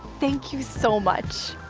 thank you so much.